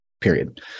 Period